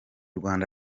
rwanda